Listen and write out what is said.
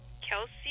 Kelsey